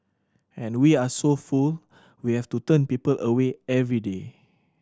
and we are so full we have to turn people away every day